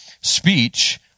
speech